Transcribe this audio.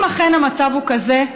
אם אכן המצב הוא כזה,